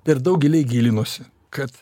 per daug giliai gilinuosi kad